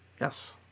Yes